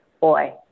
boy